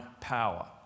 power